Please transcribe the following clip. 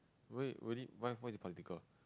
rel~ really why why is it political